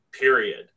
period